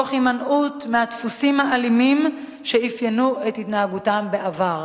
תוך הימנעות מהדפוסים האלימים שאפיינו את התנהגותם בעבר.